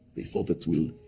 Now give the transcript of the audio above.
they thought that we'll